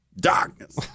darkness